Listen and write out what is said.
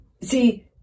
see